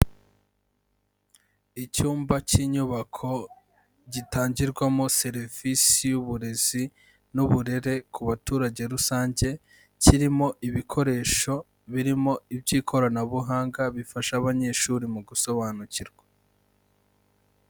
Icyumba cy'inyubako gitangirwamo serivisi y'uburezi n'uburere ku baturage rusange, kirimo ibikoresho birimo iby'ikoranabuhanga bifasha abanyeshuri mu gusobanukirwa.